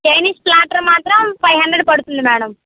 Chinese platter మాత్రం five hundred పడుతుంది madam